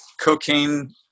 cocaine